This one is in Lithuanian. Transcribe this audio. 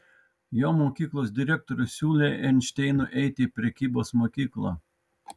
jo mokyklos direktorius siūlė einšteinui eiti į prekybos mokyklą